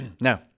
No